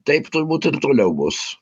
taip turbūt ir toliau bus